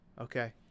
okay